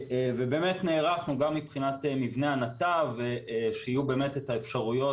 באמת נערכנו גם מבחינת מבנה הנתב שיהיו האפשרויות